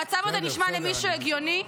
המצב הזה נשמע למישהו הגיוני?